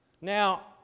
Now